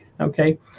Okay